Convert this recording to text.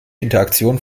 interaktion